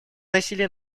насилие